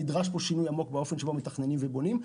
נדרש פה שינוי עמוק באופן שבו מתכננים ובונים.